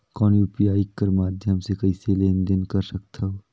कौन यू.पी.आई कर माध्यम से कइसे लेन देन कर सकथव?